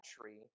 tree